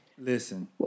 Listen